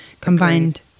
combined